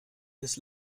des